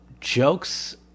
jokes